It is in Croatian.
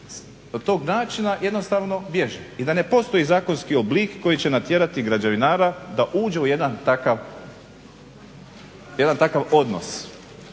od tog načina jednostavno biježe i da ne postoji zakonski oblik koji će natjerati građevinara da uđe u jedan takav,